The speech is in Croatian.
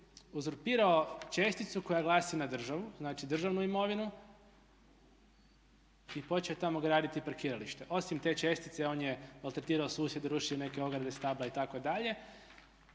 uzurpirao česticu koja glasi na državu, znači državnu imovinu i počeo tamo graditi parkiralište. Osim te čestice on je maltretirao susjede, rušio neke ograde, stabla itd.